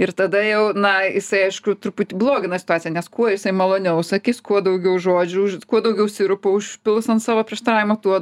ir tada jau na jisai aišku truputį blogina situaciją nes kuo jisai maloniau sakys kuo daugiau žodžių kuo daugiau sirupo užpils ant savo prieštaravimo tuo